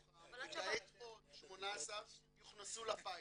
וכעת עוד 18 יוכנסו לפיילוט.